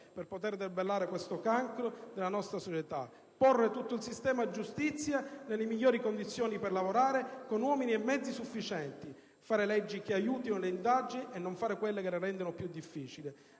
fare) per debellare questo cancro della nostra società; porre tutto il sistema della giustizia nelle migliori condizioni per lavorare, con uomini e mezzi sufficienti; fare leggi che aiutino le indagini e non quelle che le rendono più difficili;